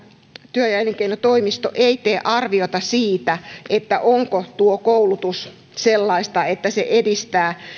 työ ja elinkeinotoimisto ei tee arviota siitä siitä onko tuo koulutus sellaista että se edistää